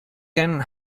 can